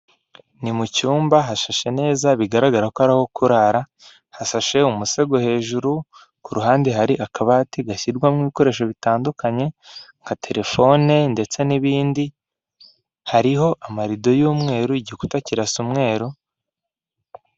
Ni mu cyumba hashashe neza bigaragara ko ari aho kurara hasashe umusego hejuru ku ruhande hari akabati gashyirwamo ibikoresho bitandukanye nka terefone, ndetse n'ibindi hariho amarido y'umweru igikuta kirasa umweru.